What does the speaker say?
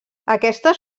aquestes